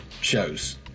shows